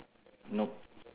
nope